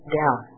down